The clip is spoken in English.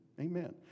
Amen